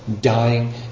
dying